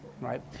right